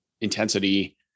intensity